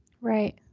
Right